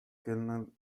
colonel